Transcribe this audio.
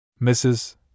Mrs